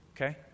okay